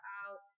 out